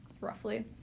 roughly